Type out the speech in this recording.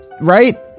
right